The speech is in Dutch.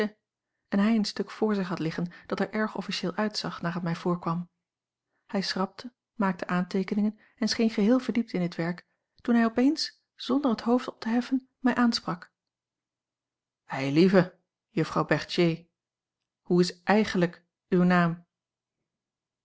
en hij een stuk voor zich had liggen dat er erg officieel uitzag naar het mij voorkwam hij schrapte maakte aanteekeningen en scheen geheel verdiept in dit werk toen hij opeens zonder het hoofd op te heffen mij aansprak eilieve juffrouw berthier hoe is eigenlijk uw naam